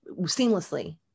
seamlessly